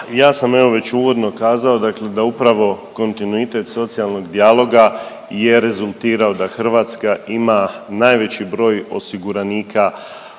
Ja sam evo već uvodno kazao dakle da upravo kontinuitet socijalnog dijaloga je rezultirao da Hrvatska ima najveći broj osiguranika